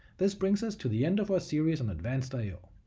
this brings us to the end of our series on advanced i o.